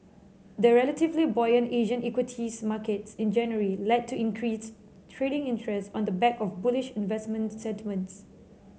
the relatively buoyant Asian equities markets in January led to increased trading interest on the back of bullish investor sentiments